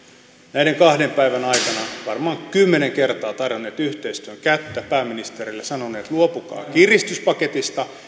näiden kahden päivän aikana varmaan kymmenen kertaa tarjonneet yhteistyön kättä pääministerille sanoneet luopukaa kiristyspaketista